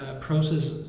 process